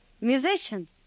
musician